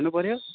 खानु पऱ्यो